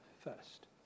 first